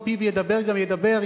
ופיו ידבר גם ידבר,